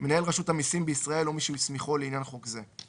מנהל רשות המסים בישראל או מי שהוא הסמיכו לעניין חוק זה,"